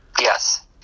Yes